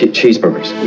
Cheeseburgers